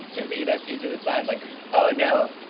to me, that's usually the sign like oh no.